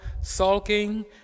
sulking